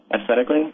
aesthetically